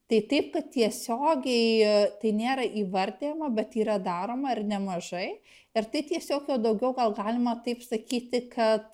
tai taip kad tiesiogiai tai nėra įvardijama bet yra daroma ir nemažai ir tai tiesiog jau daugiau gal galima taip sakyti kad